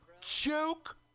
Joke